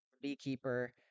Beekeeper